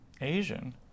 Asian